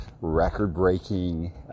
record-breaking